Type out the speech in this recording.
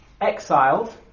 exiled